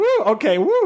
okay